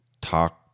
Talk